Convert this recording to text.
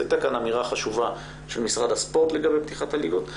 אז הייתה כאן אמירה חשובה של משרד הספורט לגבי פתיחת הליגות,